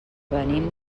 venim